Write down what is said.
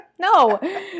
no